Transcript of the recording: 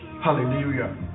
Hallelujah